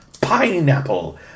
pineapple